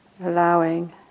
allowing